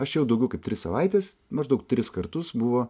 aš jau daugiau kaip tris savaites maždaug tris kartus buvo